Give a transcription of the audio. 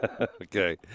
Okay